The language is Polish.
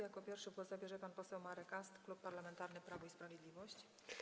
Jako pierwszy głos zabierze pan poseł Marek Ast, Klub Parlamentarny Prawo i Sprawiedliwość.